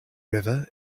river